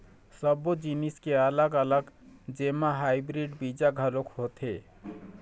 सब्बो जिनिस के अलग अलग जेमा हाइब्रिड बीजा घलोक होथे